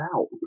out